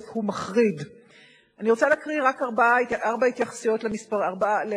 אנחנו נוטים להתייחס להשפעות הסביבתיות